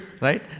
Right